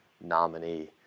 nominee